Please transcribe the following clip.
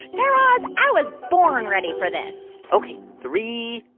guy raz, i was born ready for this ok. three,